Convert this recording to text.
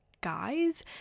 guys